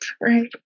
Right